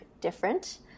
different